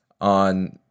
on